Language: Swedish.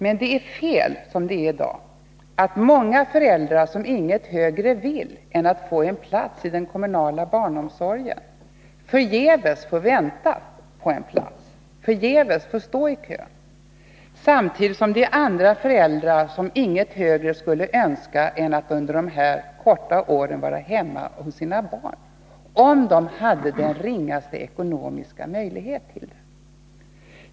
Men det är fel, som det är i dag, att många föräldrar som inget högre önskar än att få en plats för sitt barn i den kommunala barnomsorgen förgäves får vänta på plats, förgäves får stå i kö, samtidigt som det finns andra föräldrar som inget högre önskar än att under de här korta åren få vara hemma hos sina barn, om de hade den ringaste ekonomiska möjlighet till det.